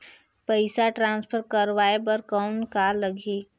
पइसा ट्रांसफर करवाय बर कौन का लगही?